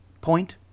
point